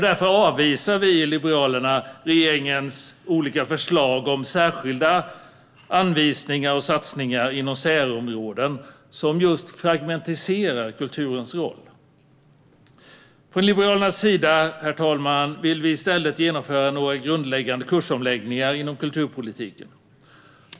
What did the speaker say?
Därför avvisar vi i Liberalerna regeringens olika förslag om särskilda anvisningar och satsningar inom särområden som fragmentiserar kulturens roll. Från Liberalernas sida, herr talman, vill vi i stället genomföra några grundläggande kursomläggningar inom kulturpolitiken.